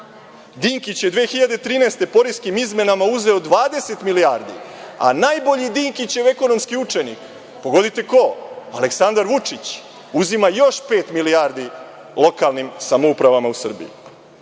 Dinkić je 2013. godine poreskim izmenama uzeo 20 milijardi, a najbolji Dinkićev ekonomski učenik, pogodite ko, Aleksandar Vučić uzima još pet milijardi lokalnim samoupravama u Srbiji.